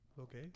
Okay